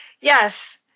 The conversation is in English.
Yes